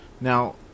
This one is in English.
Now